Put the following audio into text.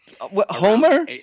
Homer